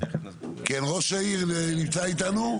כן, ראש העיר נמצא איתנו?